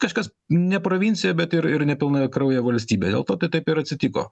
kažkas ne provincija bet ir ir ne pilnakraujė valstybė dėl to taip ir atsitiko